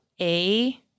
A-